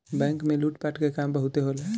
bank में लूट पाट के काम बहुते होला